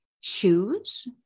choose